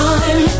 Time